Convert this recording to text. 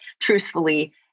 truthfully